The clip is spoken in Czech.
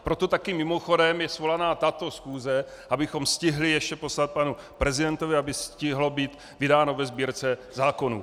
Proto taky mimochodem je svolána tato schůze, abychom stihli ještě poslat panu prezidentovi, aby stihlo být vydáno ve Sbírce zákonů.